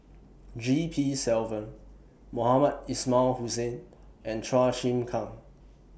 G P Selvam Mohamed Ismail Hussain and Chua Chim Kang